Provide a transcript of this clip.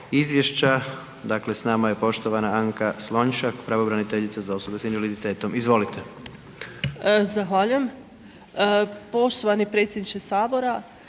izvješća. Dakle s nama je poštovana Anka Slonjšak, pravobraniteljica za osobe s invaliditetom, izvolite. **Slonjšak, Anka** Zahvaljujem, poštovani predsjedničke sabora,